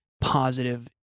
positive